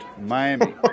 Miami